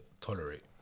tolerate